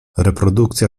reprodukcja